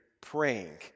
praying